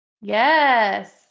Yes